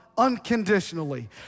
Unconditionally